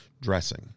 Dressing